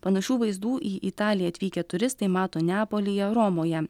panašių vaizdų į italiją atvykę turistai mato neapolyje romoje